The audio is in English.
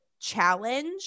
challenge